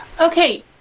Okay